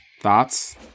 thoughts